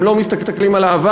הם לא מסתכלים על העבר,